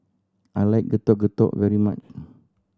I like Getuk Getuk very much